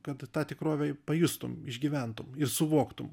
kad tą tikrovę pajustum išgyventum ir suvoktum